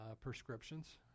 prescriptions